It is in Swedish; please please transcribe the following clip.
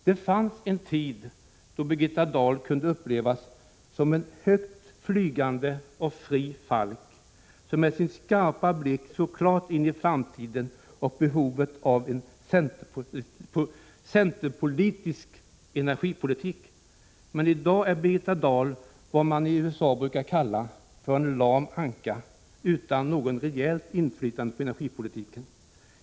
Det fanns en tid då Birgitta Dahl kunde upplevas som en högt flygande och fri falk, som med sin skarpa blick såg klart in i framtiden och skönjde behovet av en centerpolitisk energipolitik, men i dag är Birgitta Dahl vad man i USA brukar kalla en ”lam anka”, utan något rejält inflytande på energipolitiken.